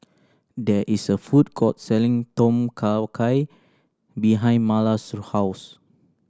there is a food court selling Tom Kha Gai behind Marla's house